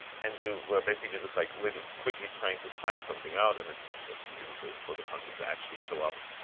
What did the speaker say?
and you were basically just like really quickly trying to find something out and it just took ages for the content to actually show up.